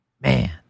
man